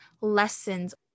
lessons